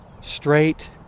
straight